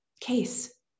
case